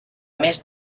més